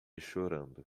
chorando